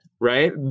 right